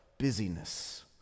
busyness